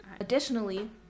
Additionally